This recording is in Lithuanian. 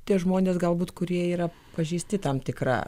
tie žmonės galbūt kurie yra pažeisti tam tikra